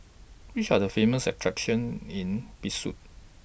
Which Are The Famous attractions in Bissau